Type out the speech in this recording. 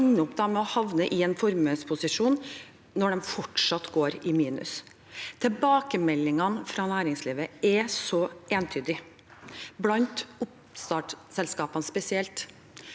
de ender opp med å havne i en formuesposisjon når de fortsatt går i minus. Tilbakemeldingene fra næringslivet er så entydige, spesielt blant oppstartsselskapene: